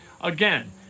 Again